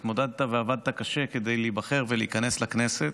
והתמודדת ועבדת קשה כדי להיבחר ולהיכנס לכנסת.